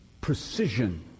precision